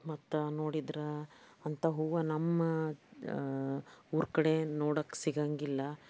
ಮತ್ತು ನೋಡಿದ್ರೆ ಅಂಥ ಹೂವು ನಮ್ಮ ಊರು ಕಡೆ ನೋಡೋಕೆ ಸಿಗೋಂಗಿಲ್ಲ